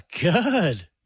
good